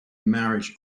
marriage